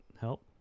help